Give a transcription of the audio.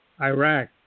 Iraq